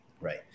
right